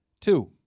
Two